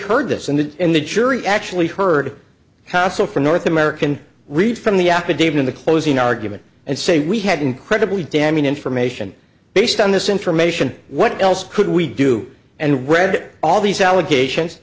heard this and that and the jury actually heard hassle from north american read from the affidavit in the closing argument and say we had incredibly damning information based on this information what else could we do and read all these allegations